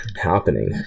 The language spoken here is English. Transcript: happening